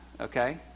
Okay